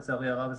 לצערי הרב.